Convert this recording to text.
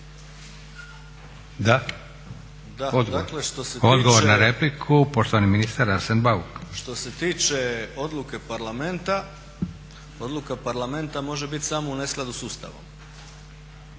Odgovor na repliku, poštovani ministar Arsen Bauk. **Bauk, Arsen (SDP)** Što se tiče odluke parlamenta, odluka parlamenta može biti samo u neskladu s Ustavom.